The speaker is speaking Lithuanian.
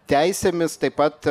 teisėmis taip pat